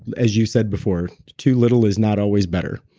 as you said before, too little is not always better.